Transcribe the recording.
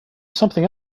something